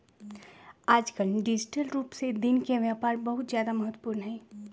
आजकल डिजिटल रूप से दिन के व्यापार बहुत ज्यादा महत्वपूर्ण हई